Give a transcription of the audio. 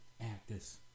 actors